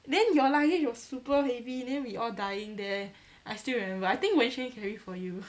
then your luggage was super heavy then we all dying there I still remember I think wenxuan carry for you